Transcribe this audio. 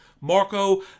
marco